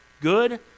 good